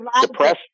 depressed